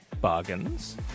bargains